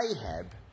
Ahab